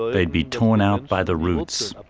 they'd be torn out by the roots.